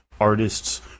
artists